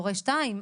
"הורה 2",